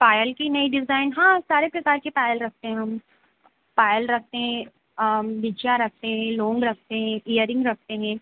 पायल की नई डिज़ाइन हाँ सारे प्रकार के पायल रखते हम पायल रखते है बिछिया रखते हैं लोग रखते है इयरिंग रखते है